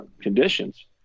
conditions